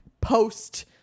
post